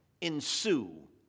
ensue